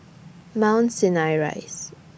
Mount Sinai Rise